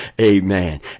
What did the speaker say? Amen